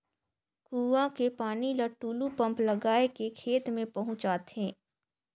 कुआं के पानी ल टूलू पंप लगाय के खेत में पहुँचाथे